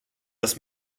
das